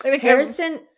Harrison